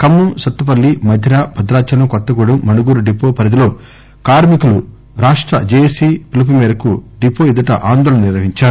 Khammam Sathupalli Madhira Bhadrachalam Kothagudem Manuguru depot పరిధిలో కార్మికులు రాష్ట జేఏసీ పిలుపు మేరకు డిపో ఎదుట ఆందోళన నిర్వహించారు